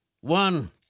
one